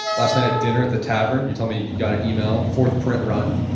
last night at dinner at the tavern, you told me you got an email, fourth print run,